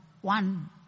One